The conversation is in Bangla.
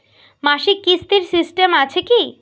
মাসিক কিস্তির সিস্টেম আছে কি?